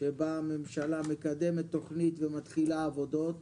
שבה ממשלה מקדמת תוכנית ומתחילה עבודות